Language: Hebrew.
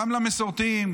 גם למסורתיים,